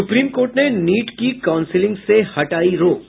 supreme court ने NEET की counselling से हटायी रोक